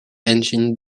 engine